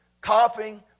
coughing